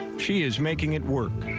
she's making it work,